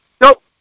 nope